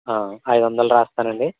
ఐదు వందలు రాస్తాను అండి